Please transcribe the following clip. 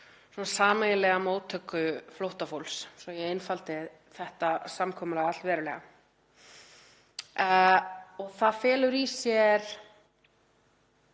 sameiginlega móttöku flóttafólks, svo ég einfaldi þetta samkomulag allverulega. Það felur í sér